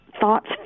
thoughts